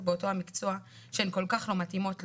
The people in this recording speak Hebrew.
באותו המקצוע שהן כל כך לא מתאימות לו,